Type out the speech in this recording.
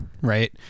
right